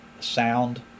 Sound